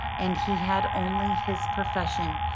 and he had only his profession,